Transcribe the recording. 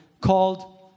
called